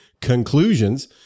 conclusions